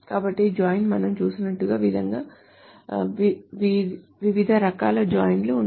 కాబట్టి జాయిన్ మనం చూసినట్లుగా వివిధ రకాల జాయిన్లు ఉన్నాయి